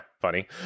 Funny